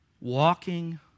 walking